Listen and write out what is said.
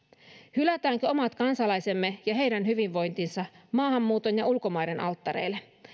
hylätäänkö omat kansalaisemme ja heidän hyvinvointinsa maahanmuuton ja ulkomaiden alttareille